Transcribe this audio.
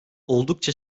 oldukça